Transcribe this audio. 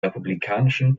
republikanischen